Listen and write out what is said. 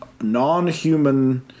non-human